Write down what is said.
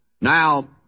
Now